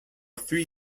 three